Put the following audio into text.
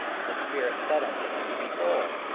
the spirit said unto him, behold,